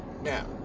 Now